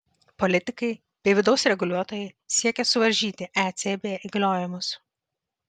politikai bei vidaus reguliuotojai siekia suvaržyti ecb įgaliojimus